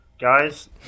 Guys